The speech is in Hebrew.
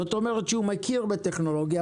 זאת אומרת שהוא מכיר בטכנולוגיה,